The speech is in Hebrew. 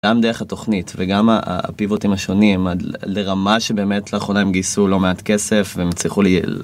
גם דרך התוכנית, וגם הפיבוטים השונים, לרמה שבאמת לאחרונה הם גייסו לא מעט כסף, והם הצליחו ל...